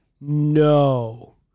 no